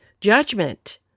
judgment